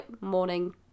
morning